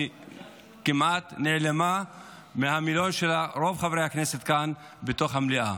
שכמעט נעלמה מהמילון של רוב חברי הכנסת כאן בתוך המליאה.